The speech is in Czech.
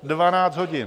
Dvanáct hodin!